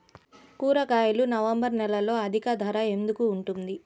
కూరగాయలు నవంబర్ నెలలో అధిక ధర ఎందుకు ఉంటుంది?